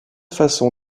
façon